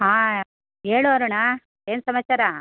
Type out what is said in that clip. ಹಾಂ ಹೇಳು ಅರುಣಾ ಏನು ಸಮಾಚಾರ